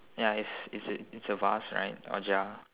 ya is is a is a vase right or jar